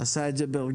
הוא עשה את זה ברגישות,